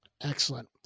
Excellent